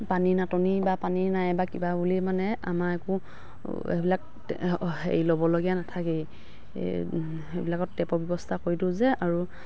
পানীৰ নাটনি বা পানী নাই বা কিবা বুলি মানে আমাৰ একো সেইবিলাক হেৰি ল'বলগীয়া নাথাকেই সেইবিলাকত টেপৰ ব্যৱস্থা কৰি দিওঁ যে আৰু